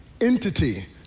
entity